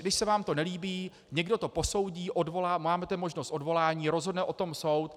Když se vám to nelíbí, někdo to posoudí, odvolá, máme tu možnost odvolání, rozhodne o tom soud.